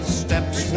steps